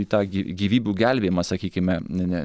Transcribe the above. į tą gi gyvybių gelbėjimą sakykime ne